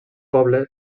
poble